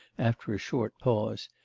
after a short pause.